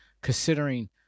considering